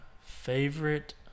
favorite